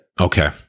Okay